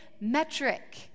metric